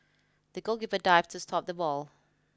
the goalkeeper dived to stop the ball